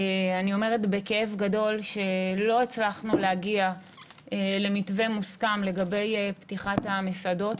אני אומרת בכאב גדול שלא הצלחנו להגיע למתווה מוסכם לגבי פתיחת המסעדות.